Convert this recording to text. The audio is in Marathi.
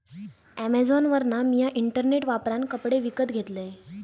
अॅमेझॉनवरना मिया इंटरनेट वापरान कपडे विकत घेतलंय